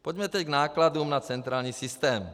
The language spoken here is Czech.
Pojďme tedy k nákladům na centrální systém.